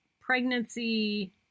pregnancy